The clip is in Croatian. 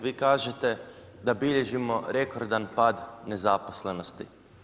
Vi kažete da bilježimo rekordan pad nezaposlenosti.